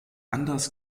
anders